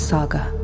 Saga